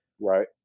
right